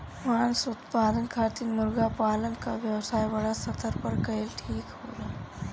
मांस उत्पादन खातिर मुर्गा पालन क व्यवसाय बड़ा स्तर पर कइल ठीक होला